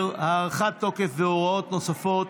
10) (הארכת תוקף והוראות נוספות),